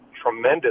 tremendous